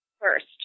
first